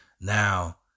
Now